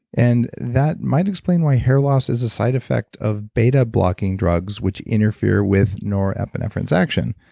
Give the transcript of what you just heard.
and that might explain why hair loss is a side-effect of beta-blocking drugs, which interfere with norepinephrine's action.